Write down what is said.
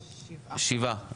שבעה.